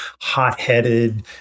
hot-headed